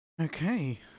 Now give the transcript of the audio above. Okay